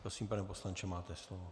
Prosím, pane poslanče, máte slovo.